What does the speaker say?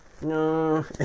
no